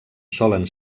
solen